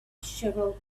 shriveled